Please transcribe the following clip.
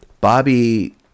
Bobby